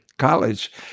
college